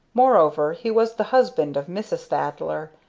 moreover he was the husband of mrs. thaddler.